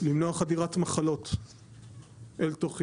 למנוע חדירת מחלות אל תוך ישראל,